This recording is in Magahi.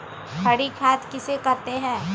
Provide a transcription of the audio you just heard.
हरी खाद किसे कहते हैं?